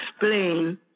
explain